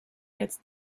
jetzt